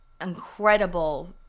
incredible